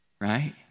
right